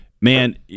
man